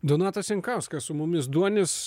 donatas jankauskas su mumis duonis